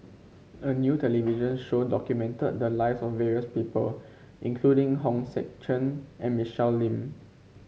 a new television show documented the lives of various people including Hong Sek Chern and Michelle Lim